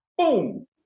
Boom